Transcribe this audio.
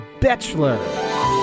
Bachelor